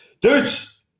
Dudes